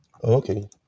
Okay